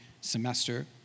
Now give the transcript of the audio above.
semester